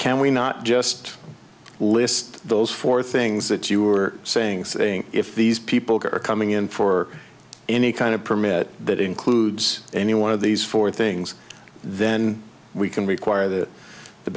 can we not just list those four things that you were saying saying if these people are coming in for any kind of permit that includes any one of these four things then we can require that the